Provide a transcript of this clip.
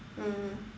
mm